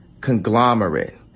conglomerate